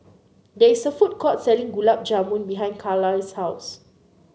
there is a food court selling Gulab Jamun behind Carlisle's house